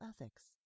ethics